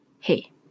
Hey